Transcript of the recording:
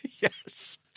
Yes